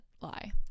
lie